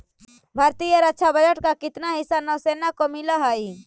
भारतीय रक्षा बजट का कितना हिस्सा नौसेना को मिलअ हई